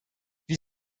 wie